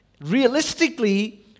Realistically